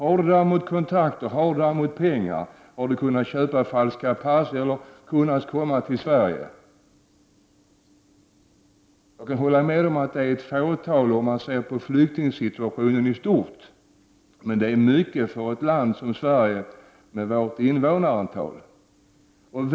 De människor som har kontakter och pengar har däremot kunnat köpa falska pass för att kunna ta sig till Sverige. Jag kan hålla med om att det handlar om ett fåtal människor, om man ser till den totala flyktingsituationen i världen. Men det är fråga om många människor för ett land av Sveriges storlek.